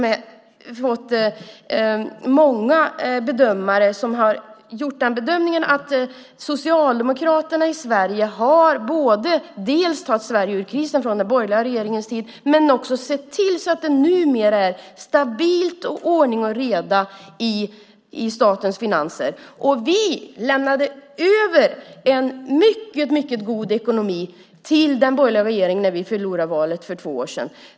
Många bedömare har till och med sagt att Socialdemokraterna både har tagit Sverige ur krisen från den borgerliga regeringens tid och också sett till så att det numera är stabilt och ordning och reda i statens finanser. Vi lämnade över en mycket god ekonomi till den borgerliga regeringen när vi förlorade valet för tre år sedan.